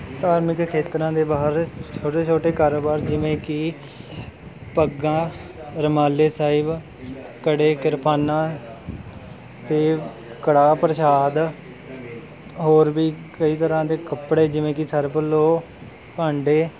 ਧਾਰਮਿਕ ਖੇਤਰਾਂ ਦੇ ਬਾਹਰ ਛੋਟੇ ਛੋਟੇ ਕਾਰੋਬਾਰ ਜਿਵੇਂ ਕਿ ਪੱਗਾਂ ਰੁਮਾਲੇ ਸਾਹਿਬ ਕੜ੍ਹੇ ਕਿਰਪਾਨਾਂ ਅਤੇ ਕੜਾਹ ਪ੍ਰਸ਼ਾਦ ਹੋਰ ਵੀ ਕਈ ਤਰ੍ਹਾਂ ਦੇ ਕੱਪੜੇ ਜਿਵੇਂ ਕਿ ਸਰਬ ਲੋਹ ਭਾਂਡੇ